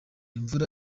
imvura